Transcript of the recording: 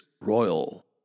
royal